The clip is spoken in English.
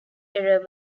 error